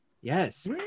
yes